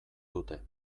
dute